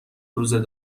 روز